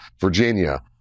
Virginia